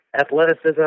athleticism